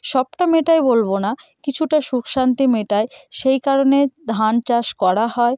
সবটা মেটায় বলবো না কিছুটা সুখ শান্তি মেটায় সেই কারণে ধান চাষ করা হয়